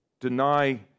deny